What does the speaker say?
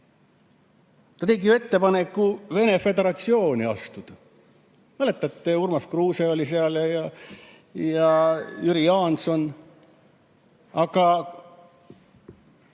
Ta tegi ju ettepaneku Venemaa Föderatsiooni astuda. Mäletate, Urmas Kruuse oli seal ja ka Jüri Jaanson? Aga